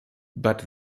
but